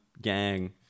gang